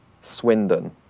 Swindon